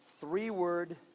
three-word